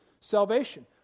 salvation